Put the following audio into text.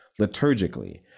liturgically